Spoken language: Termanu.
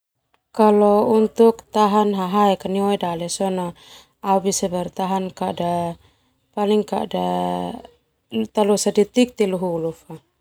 Untuk tahan hahaek nai oe dale sona au bisa bertahan losa detik telu hulu fa.